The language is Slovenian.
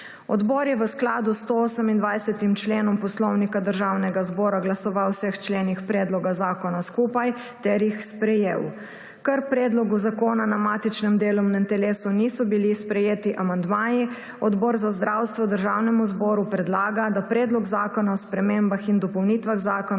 Odbor je v skladu s 128. členom Poslovnika Državnega zbora glasoval o vseh členih predloga zakona skupaj ter jih sprejel. Ker k predlogu zakona na matičnem delovnem telesu niso bili sprejeti amandmaji, Odbor za zdravstvo Državnemu zboru predlaga, da Predlog zakona o spremembah in dopolnitvah Zakona